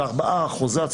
4%-2%,